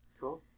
Cool